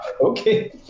Okay